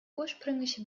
ursprüngliche